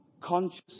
conscious